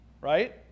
right